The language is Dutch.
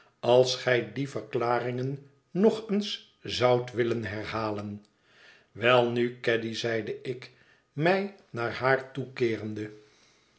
als gij die verklaringen nog eens zoudt willen herhalen welnu caddy zeide ik mij naar haar toekeerende